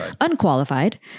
unqualified